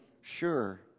sure